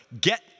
get